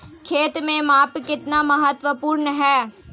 खेत में माप कितना महत्वपूर्ण है?